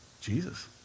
Jesus